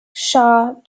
shah